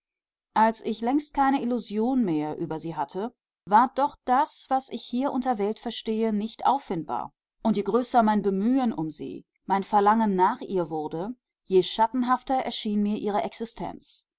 als ich längst keine illusionen mehr über sie hatte war doch das was ich hier unter welt verstehe nicht auffindbar und je größer mein bemühen um sie mein verlangen nach ihr wurde je schattenhafter erschien mir ihre existenz